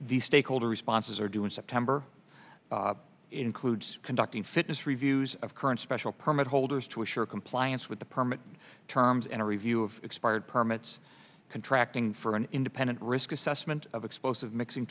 these stakeholder responses are due in september includes conducting fitness reviews of current special permit holders to assure compliance with the permit terms and a review of expired permits contracting for an independent risk assessment of explosive mixing